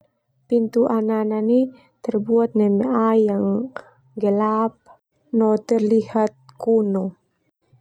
Pintu anana nia terbuat neme ai yang gelap no terlihat kuno.